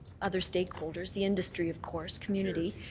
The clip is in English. other stakeholders. the industry, of course. community.